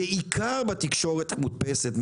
בעיקר בתקשורת המודפסת,